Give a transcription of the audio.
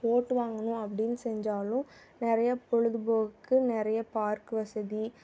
ஓட்டு வாங்கணும் அப்படின்னு செஞ்சாலும் நிறைய பொழுதுபோக்கு நிறைய பார்க் வசதி